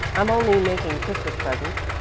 i'm only making christmas presents.